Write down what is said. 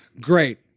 Great